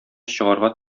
чыгарга